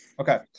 Okay